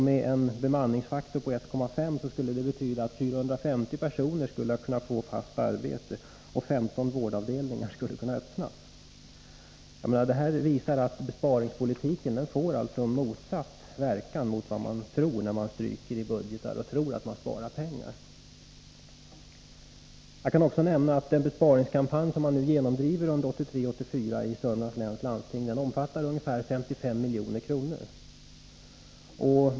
Med en bemanningsfaktor på 1,5 skulle det betyda att 450 personer skulle kunna få fast arbete och 15 vårdavdelningar kunna öppnas. Det här visar att besparingspolitiken får en verkan motsatt den man tror när man stryker i budgetar och ”sparar” pengar. Jag kan också nämna att den besparingskampanj som man i Södermanlands läns landsting genomdriver under 1983/84 omfattar ungefär 55 milj.kr.